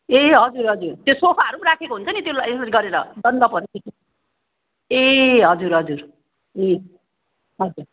ए हजुर हजुर त्यो सोफाहरू पनि राखेको हुन्छ नि त्यसलाई उयो गरेर बन्द भयो त्यो चाहिँ ए हजुर हजुर ए हजुर